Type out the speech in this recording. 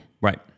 Right